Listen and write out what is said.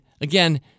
Again